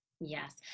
Yes